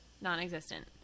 non-existent